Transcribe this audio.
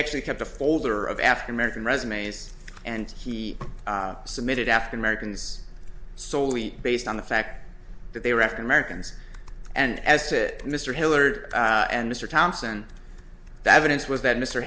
actually kept a folder of african american resumes and he submitted african americans solely based on the fact that they were african americans and as to mr hillard and mr thompson that evidence was that mr